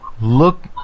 look